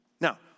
Now